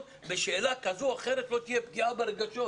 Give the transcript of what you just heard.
בשאלה כזאת או אחרת לא תהיה פגיעה ברגשות.